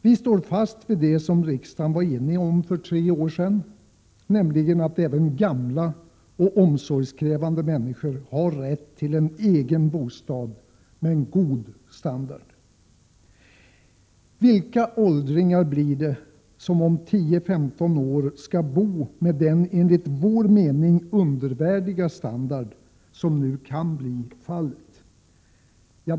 Vpk står fast vid det som riksdagen var enig om för tre år sedan, nämligen att även gamla och omsorgskrävande människor har rätt till en egen bostad med god standard. Vilka åldringar blir det då som om 10-15 år skall bo med den enligt vår mening undervärdiga standard som nu kan bli fallet?